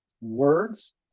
words